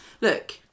look